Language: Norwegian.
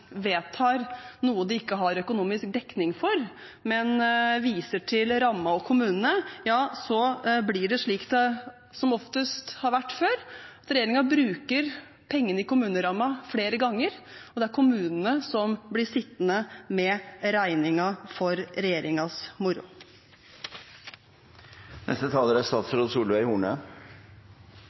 vedtar noe de ikke har økonomisk dekning for, men viser til rammen og kommunene, blir det slik det som oftest har vært før: Regjeringen bruker pengene i kommunerammen flere ganger, og det er kommunene som blir sittende med regningen for